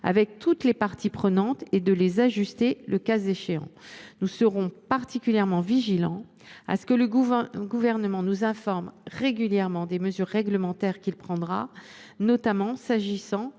sociales des indépendants et de les ajuster, le cas échéant. Nous serons particulièrement vigilants à ce que le Gouvernement nous informe régulièrement des mesures réglementaires qu’il prendra, notamment en